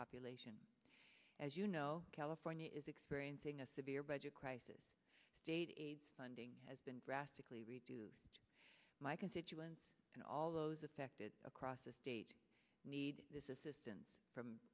population as you know california is experiencing a severe budget crisis state aid funding has been drastically reduced my constituents and all those affected across the state need this is distance from